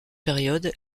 période